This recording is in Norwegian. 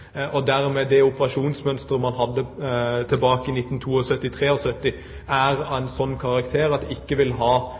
og dermed er det operasjonsmønsteret man hadde tilbake til 1972–1973, av en slik karakter at det ikke vil ha